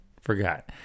forgot